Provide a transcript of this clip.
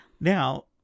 Now